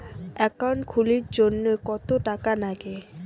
Account খুলির জন্যে কত টাকা নাগে?